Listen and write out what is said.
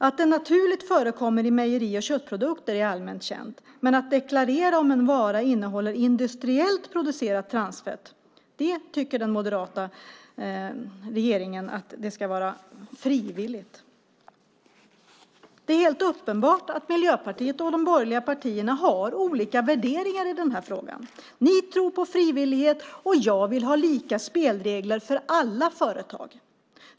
Att det naturligt förekommer i mejeri och köttprodukter är allmänt känt, men att deklarera om en vara innehåller industriellt producerat transfett tycker den moderata regeringen ska vara frivilligt. Det är helt uppenbart att Miljöpartiet och de borgerliga partierna har olika värderingar i den här frågan. Ni tror på frivillighet, jag vill ha lika spelregler för alla företag.